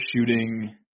shooting